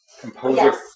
composer